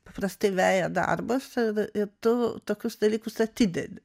paprastai veja darbą sa ir tu tokius dalykus atidedi